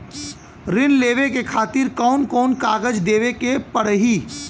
ऋण लेवे के खातिर कौन कोन कागज देवे के पढ़ही?